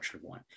one